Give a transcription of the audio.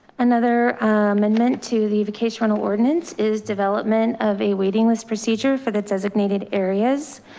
another amendment to the vacation rental ordinance is development of a waiting list procedure for the designated areas.